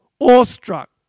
awestruck